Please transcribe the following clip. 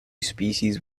species